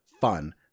fun